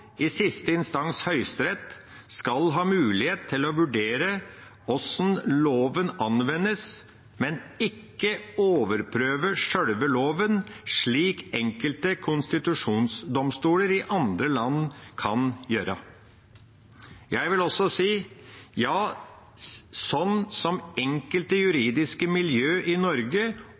i siste instans Høyesterett, skal ha mulighet til å vurdere hvordan loven anvendes, men ikke overprøve sjølve loven, slik enkelte konstitusjonsdomstoler i andre land kan gjøre, og – jeg vil også si – slik enkelte juridiske miljø i Norge